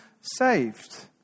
saved